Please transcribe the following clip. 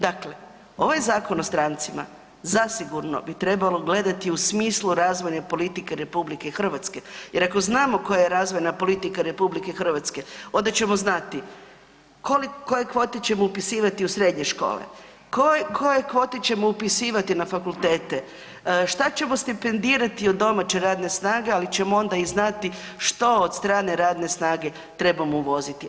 Dakle, ovaj Zakon o strancima zasigurno bi trebalo gledati u smislu razvojne politike RH jer ako znamo koja je razvojna politika RH, onda ćemo znati koliko, koje kvote ćemo upisivati u srednje škole, koje kvote ćemo upisivati na fakultete, šta ćemo stipendirati od domaće radne snage, ali ćemo onda i znati što od strane radne snage trebamo uvoziti.